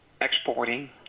Exporting